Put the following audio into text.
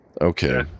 Okay